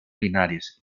linares